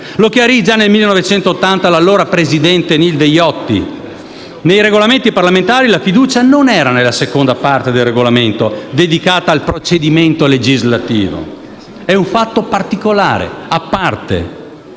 Lo chiarì già nel 1980 l'allora presidente Nilde Iotti: nei Regolamenti parlamentari la fiducia non era nella seconda parte del Regolamento, dedicata al procedimento legislativo. È un fatto particolare, a parte.